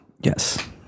Yes